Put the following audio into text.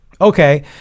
okay